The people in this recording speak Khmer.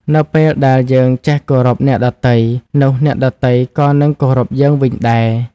នៅពេលដែលយើងចេះគោរពអ្នកដទៃ នោះអ្នកដទៃក៏នឹងគោរពយើងវិញដែរ។